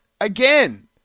again